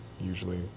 usually